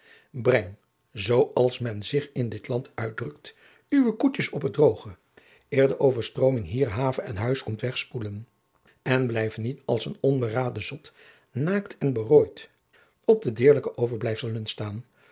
breng zoo als men zich in dit land uitdrukt uwe koetjens op t drooge eer de overstrooming hier have en huis komt wegspoelen en blijf niet als een onberaden zot naakt en berooid op de deerlijke overblijfselen staan